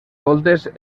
voltes